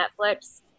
Netflix